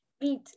beat